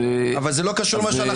זה לא קשור למה שאנחנו דנים עכשיו.